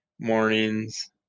mornings